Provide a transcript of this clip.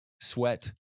sweat